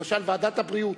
למשל ועדת הבריאות,